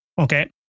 Okay